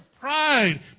pride